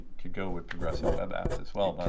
could go with progressive web apps as well,